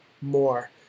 more